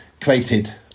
created